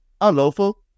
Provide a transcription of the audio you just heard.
unlawful